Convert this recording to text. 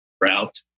route